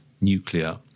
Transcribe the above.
nuclear